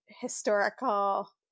historical